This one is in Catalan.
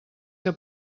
que